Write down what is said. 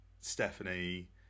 Stephanie